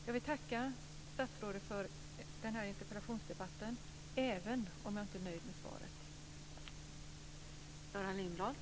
Jag vill tacka statsrådet för den här interpellationsdebatten, även om jag inte är nöjd med svaret.